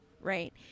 Right